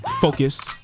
Focus